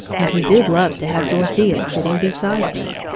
and he did love to have dorothea sitting beside him,